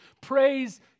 Praise